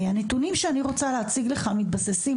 הנתונים שאני רוצה להציג לך מתבססים